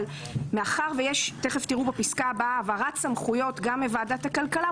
אבל מאחר שיש תכף תראו בפסקה הבאה העברת סמכויות גם מוועדת הכלכלה,